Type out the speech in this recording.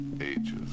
ages